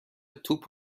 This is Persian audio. توپ